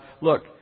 look